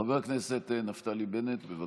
חבר הכנסת נפתלי בנט, בבקשה.